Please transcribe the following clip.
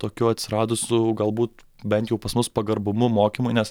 tokiu atsiradusiu galbūt bent jau pas mus pagarbumu mokymui nes